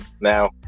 Now